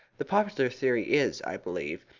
the popular theory is, i believe,